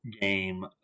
game